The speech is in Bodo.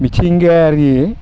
मिथिंगायारि